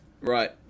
right